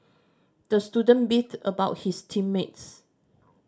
the student beefed about his team mates